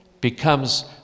becomes